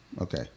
Okay